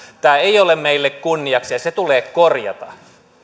tämä ei ole meille kunniaksi ja se tulee korjata